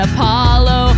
Apollo